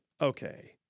okay